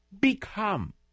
become